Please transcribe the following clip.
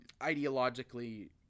ideologically